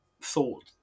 thought